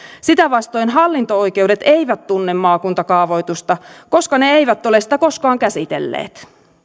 sitä vastoin hallinto oikeudet eivät tunne maakuntakaavoitusta koska ne eivät ole sitä koskaan käsitelleet